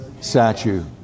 statue